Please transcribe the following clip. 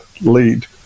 lead